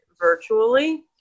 virtually